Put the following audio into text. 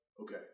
Okay